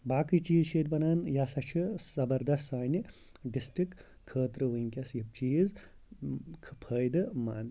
باقٕے چیٖز چھِ ییٚتہِ بَنان یہِ ہَسا چھِ زبردَس سانہِ ڈِسٹِرٛک خٲطرٕ وٕنۍکٮ۪س یِم چیٖز فٲیِدٕ منٛد